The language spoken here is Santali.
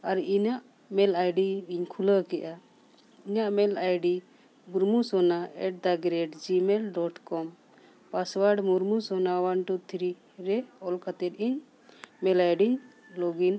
ᱟᱨ ᱤᱧᱟᱹᱜ ᱢᱮᱞ ᱟᱭᱰᱤ ᱤᱧ ᱠᱷᱩᱞᱟᱹᱣ ᱠᱮᱜᱼᱟ ᱤᱧᱟᱹᱜ mail ID Murmu Sona at the rate gmail dot com password Murmu Sona one two three ᱨᱮ ᱚᱞ ᱠᱟᱛᱮ ᱤᱧ ᱢᱮᱞ ᱟᱭᱰᱤᱧ ᱞᱚᱜᱤᱱ